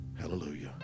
Hallelujah